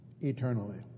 eternally